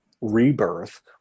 rebirth